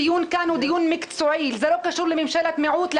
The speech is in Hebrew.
מגיעה ביקורת מהמושבים, מגיעה מהחקלאים.